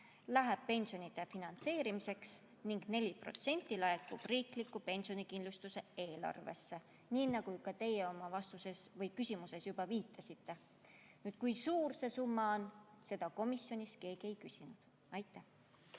läheb pensionide finantseerimiseks ning 4% laekub riikliku pensionikindlustuse eelarvesse, nii nagu ka teie oma küsimuses juba viitasite. Kui suur see summa on, seda komisjonis keegi ei küsinud. Aitäh!